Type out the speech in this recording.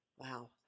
wow